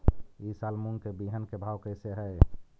ई साल मूंग के बिहन के भाव कैसे हई?